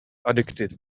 addicted